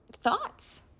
thoughts